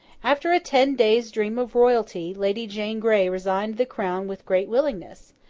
after a ten days' dream of royalty, lady jane grey resigned the crown with great willingness,